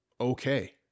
okay